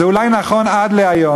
זה אולי נכון להיום,